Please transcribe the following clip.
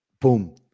Boom